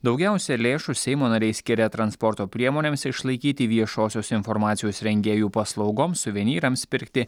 daugiausia lėšų seimo nariai skiria transporto priemonėms išlaikyti viešosios informacijos rengėjų paslaugoms suvenyrams pirkti